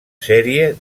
sèrie